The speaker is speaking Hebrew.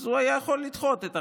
אז הוא היה יכול לדחות את החקיקה.